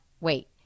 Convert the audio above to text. wait